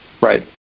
Right